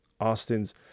Austin's